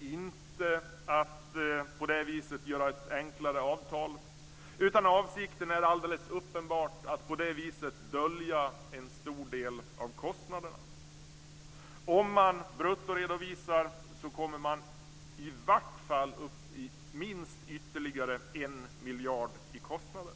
inte att på det viset göra ett enklare avtal. Avsikten är alldeles uppenbart att på det viset dölja en stor del av kostnaderna. Om man bruttoredovisar kommer man i varje fall minst upp i ytterligare 1 miljard i kostnader.